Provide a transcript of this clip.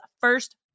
first